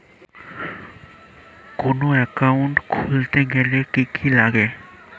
কোন একাউন্ট খুলতে গেলে কি কি লাগে?